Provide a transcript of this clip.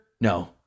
no